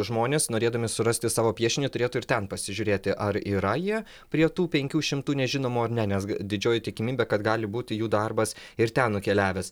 žmonės norėdami surasti savo piešinį turėtų ir ten pasižiūrėti ar yra jie prie tų penkių šimtų nežinomų ar ne nes didžioji tikimybė kad gali būti jų darbas ir ten nukeliavęs